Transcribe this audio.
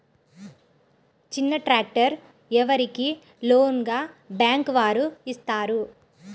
చిన్న ట్రాక్టర్ ఎవరికి లోన్గా బ్యాంక్ వారు ఇస్తారు?